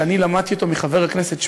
שאני למדתי אותו מחבר הכנסת שמולי.